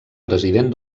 president